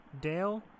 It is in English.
dale